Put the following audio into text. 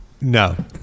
No